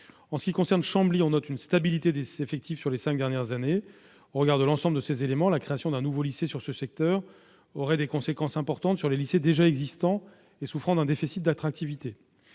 En ce qui concerne Chambly, on note une stabilité des effectifs sur les cinq dernières années. Au regard de l'ensemble de ces éléments, la création d'un nouveau lycée sur ce secteur aurait des conséquences importantes sur les lycées déjà existants, qui souffrent d'un déficit d'attractivité.